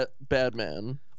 Batman